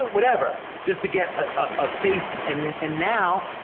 whatever. just to get a face and and and now,